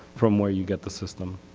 from where you get the system?